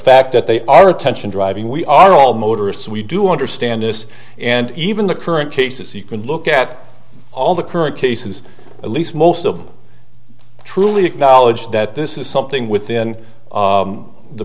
fact that they are attention driving we are all motorists we do understand this and even the current cases you can look at all the current cases at least most of the truly acknowledge that this is something within